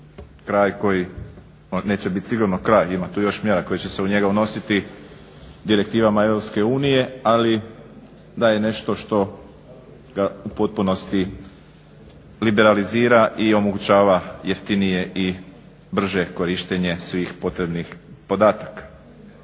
kraj koji neće biti sigurno kraj, ima tu još mjera koje će se u njega unositi direktivama EU, ali daje nešto što ga u potpunosti liberalizira i omogućava jeftinije i brže korištenje svih potrebnih podataka.